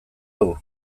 hau